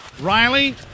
Riley